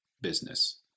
business